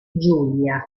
giulia